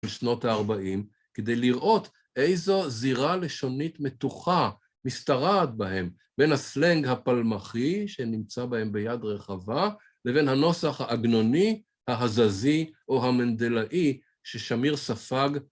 בשנות ה-40, כדי לראות איזו זירה לשונית מתוחה משתרעת בהם, בין הסלנג הפלמחי שנמצא בהם ביד רחבה, לבין הנוסח האגנוני, ההזזי או המנדלאי ששמיר ספג